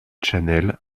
channel